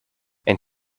and